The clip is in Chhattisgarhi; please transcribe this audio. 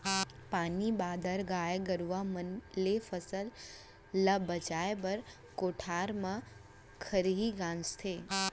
पानी बादर, गाय गरूवा मन ले फसल ल बचाए बर कोठार म खरही गांजथें